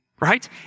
Right